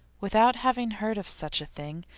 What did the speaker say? without having heard of such a thing,